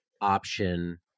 option